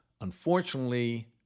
Unfortunately